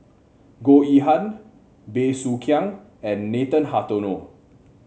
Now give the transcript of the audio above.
Goh Yihan Bey Soo Khiang and Nathan Hartono